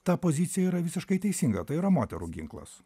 ta pozicija yra visiškai teisinga tai yra moterų ginklas